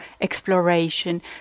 exploration